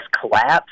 collapse